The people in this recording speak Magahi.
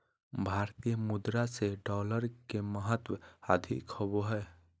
भारतीय मुद्रा से डॉलर के महत्व अधिक होबो हइ